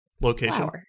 location